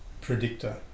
predictor